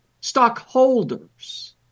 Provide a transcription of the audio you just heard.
stockholders